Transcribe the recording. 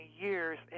years